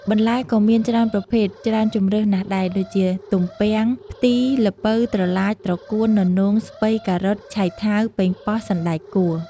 បន្លែក៏មានច្រើនប្រភេទច្រើនជម្រើសណាស់ដែរ ដូចជា ទំពាំង ផ្ទី ល្ពៅ ត្រឡាច ត្រកួន ននោង ស្ពៃ ការ៉ុត ឆៃថាវ ប៉េងប៉ោះ សណ្តែកគួរ។